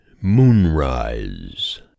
Moonrise